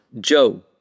Joe